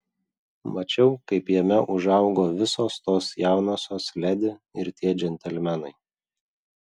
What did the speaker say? mačiau kaip jame užaugo visos tos jaunosios ledi ir tie džentelmenai